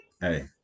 Hey